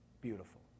beautiful